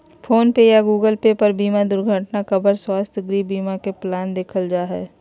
phone पे या Google pay पर बीमा दुर्घटना कवर, स्वास्थ्य, गृह बीमा के प्लान देखल जा हय